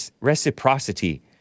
reciprocity